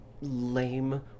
lame